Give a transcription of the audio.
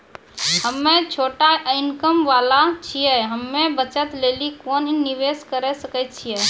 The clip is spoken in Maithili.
हम्मय छोटा इनकम वाला छियै, हम्मय बचत लेली कोंन निवेश करें सकय छियै?